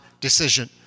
decision